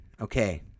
Okay